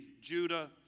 Judah